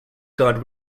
guard